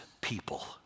people